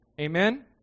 Amen